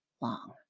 long